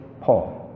Paul